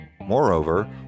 Moreover